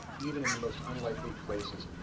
even in the most unlikely places.